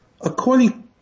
According